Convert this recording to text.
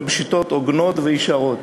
אבל בשיטות הוגנות וישרות.